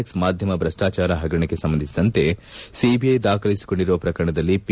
X ಮಾಧ್ಯಮ ಭ್ರಷ್ಟಾಚಾರ ಪಗರಣಕ್ಕೆ ಸಂಬಂಧಿಸಿದಂತೆ ಸಿಬಿಐ ದಾಖಲಿಸಿಕೊಂಡಿರುವ ಪ್ರಕರಣದಲ್ಲಿ ಪಿ